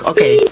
Okay